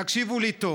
תקשיבו לי טוב: